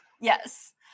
Yes